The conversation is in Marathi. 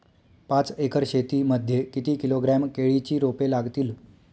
पाच एकर शेती मध्ये किती किलोग्रॅम केळीची रोपे लागतील?